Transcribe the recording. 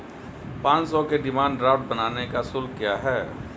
पाँच सौ के डिमांड ड्राफ्ट बनाने का शुल्क क्या है?